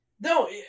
No